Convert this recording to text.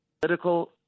political